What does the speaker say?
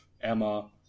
Emma